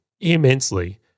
immensely